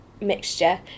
mixture